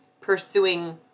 pursuing